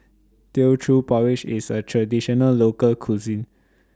Teochew Porridge IS A Traditional Local Cuisine